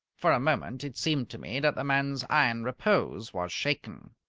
for a moment it seemed to me that the man's iron repose was shaken.